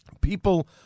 people